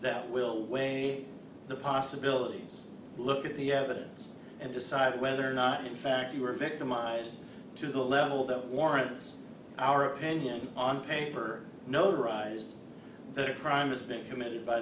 that will weigh the possibilities look at the evidence and decide whether or not in fact you were victimized to the level that warrants our opinion on paper notarized that are crimes being committed by